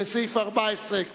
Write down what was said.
לסעיף 8 אין הסתייגויות.